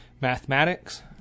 Mathematics